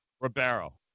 Ribeiro